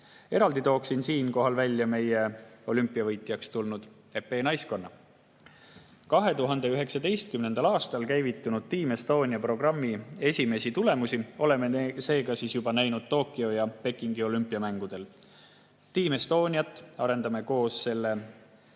Eraldi tooksin siinkohal välja meie olümpiavõitjaks tulnud epeenaiskonna. 2019. aastal käivitatud Team Estonia programmi esimesi tulemusi oleme seega juba näinud Tokyo ja Pekingi olümpiamängudel. Team Estoniat arendame koos selle